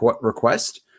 request